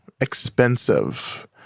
expensive